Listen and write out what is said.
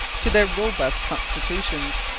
to their robust constitutions,